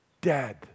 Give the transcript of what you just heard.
Dead